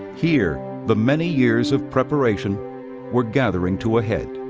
here, the many years of preparation were gathering to a head.